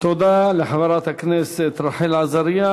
תודה לחברת הכנסת רחל עזריה.